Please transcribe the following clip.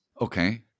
Okay